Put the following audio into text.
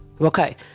okay